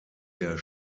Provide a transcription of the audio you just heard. der